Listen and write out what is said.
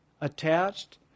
attached